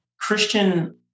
Christian